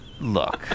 Look